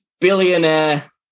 billionaire